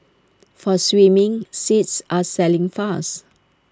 for swimming seats are selling fast